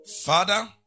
Father